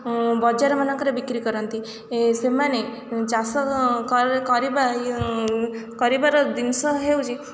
ବଜାର ମାନଙ୍କରେ ବିକ୍ରି କରନ୍ତି ସେମାନେ ଚାଷ କରିବାର ଜିନିଷ ହେଉଛି